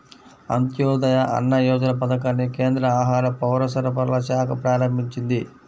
అంత్యోదయ అన్న యోజన పథకాన్ని కేంద్ర ఆహార, పౌరసరఫరాల శాఖ ప్రారంభించింది